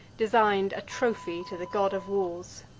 design'd a trophy to the god of wars.